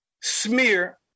Smear